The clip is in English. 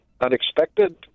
unexpected